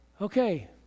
okay